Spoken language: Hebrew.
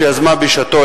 שיזמה בשעתה,